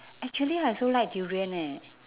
actually I also like durian eh